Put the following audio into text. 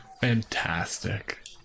Fantastic